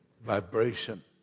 vibration